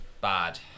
bad